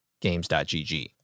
games.gg